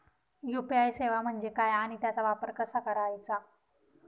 UPI सेवा म्हणजे काय आणि त्याचा वापर कसा करायचा?